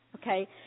Okay